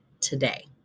today